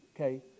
Okay